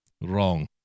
wrong